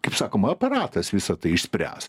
kaip sakoma aparatas visą tai išspręs